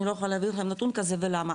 לא יכולה להעביר לכם נתון כזה ולמה?